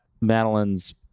Madeline's